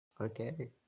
okay